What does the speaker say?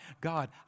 God